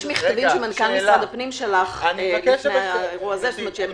יש מכתבים שמנכ"ל משרד הפנים שלח לפני האירוע הזה שהם במצוקה.